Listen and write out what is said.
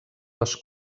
les